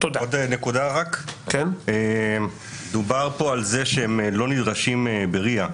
נקודה נוספת: מדובר פה על זה שהם לא נדרשים ל-RIA.